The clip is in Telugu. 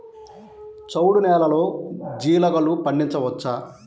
చవుడు నేలలో జీలగలు పండించవచ్చా?